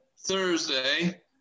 Thursday